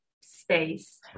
space